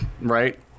Right